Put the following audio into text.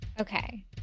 Okay